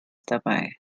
dabei